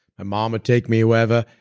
my mom would take me wherever,